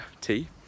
tea